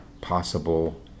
possible